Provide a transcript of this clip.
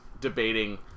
debating